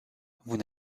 vous